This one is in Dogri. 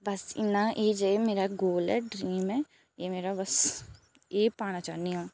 बस इ'न्ना एह् जे मेरा गोल ऐ ड्रीम ऐ एह् मेरा बस एह् पाना चाहन्नीं अ'ऊं